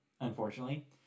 unfortunately